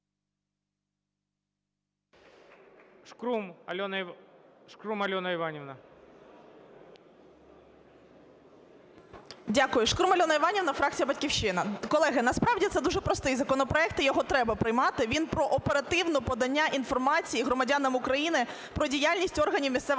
Дякую. Шкрум Альона Іванівна, фракція "Батьківщина". Колеги, насправді, це дуже простий законопроект і його треба приймати. Він про оперативне подання інформації громадянам України про діяльність органів місцевого